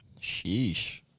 Sheesh